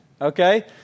Okay